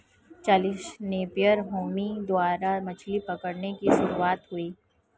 Charles Napier Hemy द्वारा मछली पकड़ने की शुरुआत हुई